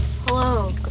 hello